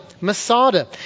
Masada